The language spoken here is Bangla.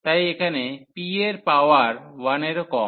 তাই এখানে p এর পাওয়ার 1 এরও কম